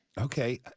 Okay